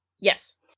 Yes